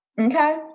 okay